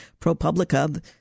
ProPublica